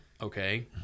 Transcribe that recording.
okay